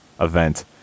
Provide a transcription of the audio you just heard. event